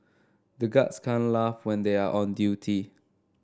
the guards can't laugh when they are on duty